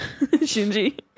Shinji